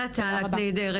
תודה, טל, את נהדרת.